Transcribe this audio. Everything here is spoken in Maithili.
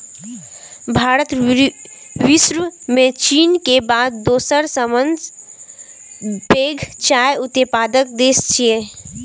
भारत विश्व मे चीन के बाद दोसर सबसं पैघ चाय उत्पादक देश छियै